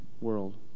world